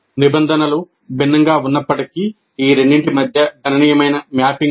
నిబంధనలు భిన్నంగా ఉన్నప్పటికీ ఈ రెండింటి మధ్య గణనీయమైన మ్యాపింగ్ ఉంది